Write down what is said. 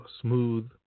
smooth